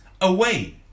away